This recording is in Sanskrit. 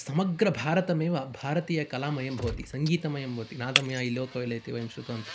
समग्रभारतमेव भारतीय कलामयं भवति सङ्गीतमयं भवति नादमय ई लोकं इति वयं श्रुतवन्तः